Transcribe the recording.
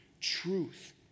truth